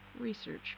research